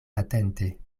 atente